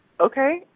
okay